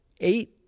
eight